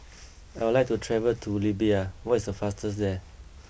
I would like to travel to Libya what is the fastest there